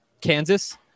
Kansas